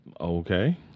Okay